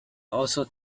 also